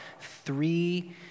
three